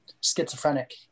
schizophrenic